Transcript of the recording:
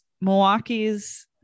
Milwaukee's